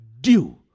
due